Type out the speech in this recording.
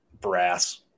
brass